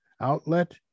outlet